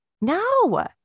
No